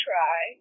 try